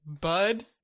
Bud